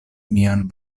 mian